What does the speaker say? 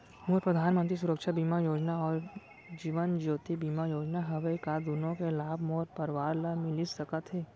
मोर परधानमंतरी सुरक्षा बीमा योजना अऊ जीवन ज्योति बीमा योजना हवे, का दूनो के लाभ मोर परवार ल मिलिस सकत हे?